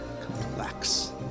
complex